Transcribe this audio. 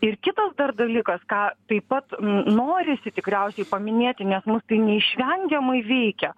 ir kitas dar dalykas ką taip pat norisi tikriausiai paminėti nes mus tai neišvengiamai veikia